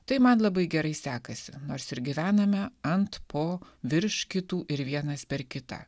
tai man labai gerai sekasi nors ir gyvename ant po virš kitų ir vienas per kitą